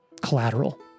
collateral